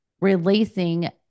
releasing